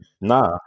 Nah